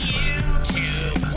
YouTube